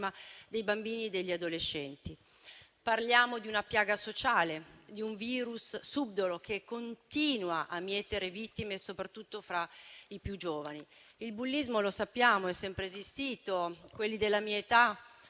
dei bambini e degli adolescenti. Parliamo di una piaga sociale, di un *virus* subdolo che continua a mietere vittime, soprattutto fra i più giovani. Il bullismo - come sappiamo - è sempre esistito. Quelli della mia età